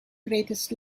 greatest